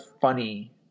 funny